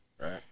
right